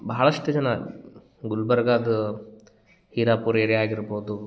ಭಾಳಷ್ಟು ಜನ ಗುಲ್ಬರ್ಗದು ಹಿರಾಪುರಿ ರೀ ಆಗಿರ್ಬೋದು